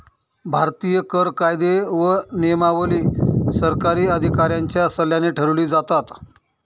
भारतीय कर कायदे व नियमावली सरकारी अधिकाऱ्यांच्या सल्ल्याने ठरवली जातात